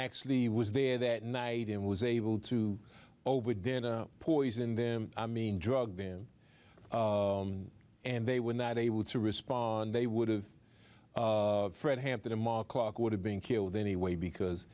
actually was there that night and was able to over dinner poison them i mean drug and they were not able to respond they would have fred hampton a mock clock would have been killed anyway because